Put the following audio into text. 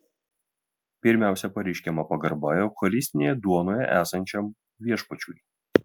pirmiausia pareiškiama pagarba eucharistinėje duonoje esančiam viešpačiui